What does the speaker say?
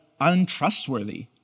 untrustworthy